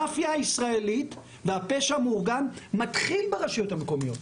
המאפיה הישראלית והפשע המאורגן מתחיל ברשויות המקומיות,